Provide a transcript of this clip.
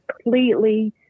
completely